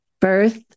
birth